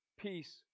peace